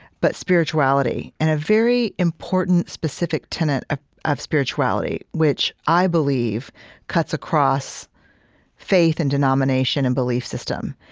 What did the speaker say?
but spirituality and a very important, specific tenet ah of spirituality, which i believe cuts across faith and denomination and belief system.